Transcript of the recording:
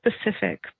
specific